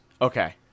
Okay